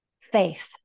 Faith